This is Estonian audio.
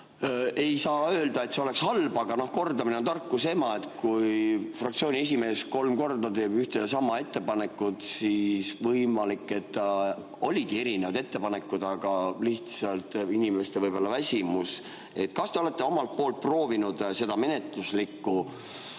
Ei saa öelda, et see oleks halb, aga kordamine on tarkuse ema. Kui fraktsiooni esimees kolm korda teeb ühte ja sama ettepanekut, siis võimalik, et tal olid erinevad ettepanekud, aga inimesed lihtsalt väsisid. Kas te olete omalt poolt proovinud seda menetluslikku